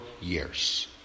years